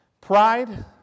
Pride